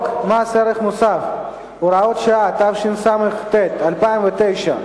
ערך מוסף (הוראת שעה), התשס"ט 2009,